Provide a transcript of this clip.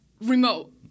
remote